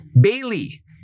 Bailey